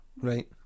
Right